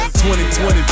2020